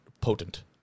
potent